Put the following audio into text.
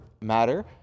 matter